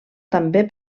també